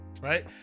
Right